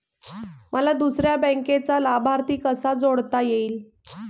मला दुसऱ्या बँकेचा लाभार्थी कसा जोडता येईल?